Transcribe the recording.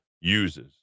uses